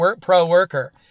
pro-worker